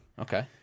Okay